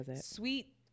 sweet